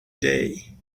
day